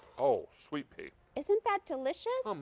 ah sweet pea. isn't that delicious? um